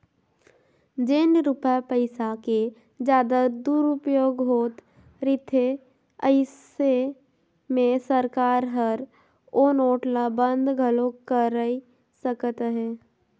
जेन रूपिया पइसा के जादा दुरूपयोग होत रिथे अइसे में सरकार हर ओ नोट ल बंद घलो कइर सकत अहे